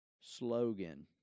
slogan